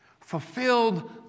fulfilled